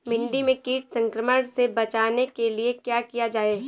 भिंडी में कीट संक्रमण से बचाने के लिए क्या किया जाए?